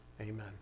amen